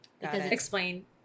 Explain